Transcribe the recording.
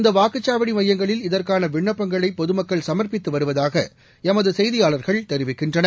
இந்த வாக்குச்சாவடி மையங்களில் இதற்கான விண்ணப்பங்களை பொதுமக்கள் சமா்ப்பித்து வருவதாக எமது செய்தியாளர்கள் தெரிவிக்கின்றனர்